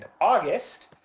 August